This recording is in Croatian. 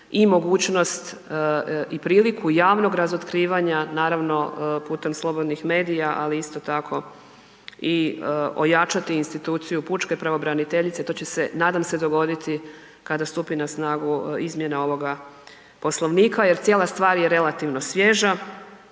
i mogućnost i priliku javnog razotkrivanja, naravno putem slobodnih medija, ali isto tako i ojačati instituciju pučke pravobraniteljice. To će se nadam se dogoditi kada stupi na snagu izmjena ovoga poslovnika jel cijela stvar je relativno svježa,